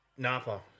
Napa